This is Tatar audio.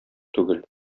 түгел